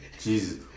Jesus